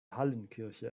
hallenkirche